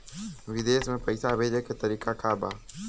विदेश में पैसा भेजे के तरीका का बा?